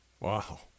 Wow